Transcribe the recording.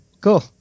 cool